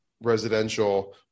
residential